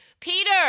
Peter